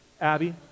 Abby